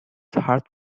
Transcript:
hard